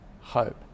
hope